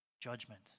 judgment